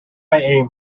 aim